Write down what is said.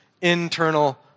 internal